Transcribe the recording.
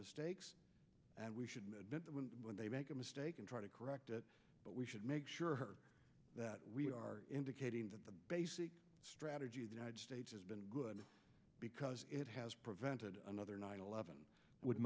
mistakes and we should know when they make a mistake and try to correct it but we should make sure that we are indicating that the basic strategy of the united states has been good because it has prevented another nine eleven with